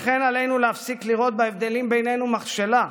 לכן עלינו להפסיק לראות בהבדלים בינינו מכשלה.